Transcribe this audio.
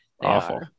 Awful